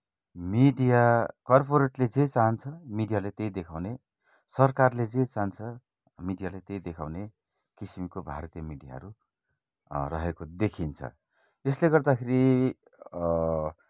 media कर्पोरेटले जे चाहन्छ मिडियाले त्यही देखाउने सरकारले जे चाहन्छ मिडियाले त्यही देखाउने किसिमको भारतीय मिडियाहरू रहेको देखिन्छ यसले गर्दाखेरि